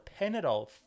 Penadol